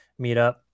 meetup